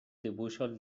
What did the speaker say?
dibuixos